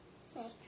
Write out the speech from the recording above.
Six